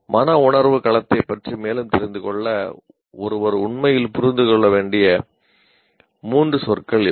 மனவுணர்வு களத்தைப் பற்றி மேலும் தெரிந்துகொள்ள ஒருவர் உண்மையில் புரிந்து கொள்ள வேண்டிய மூன்று சொற்கள் இவை